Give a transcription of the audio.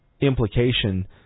implication